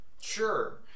Sure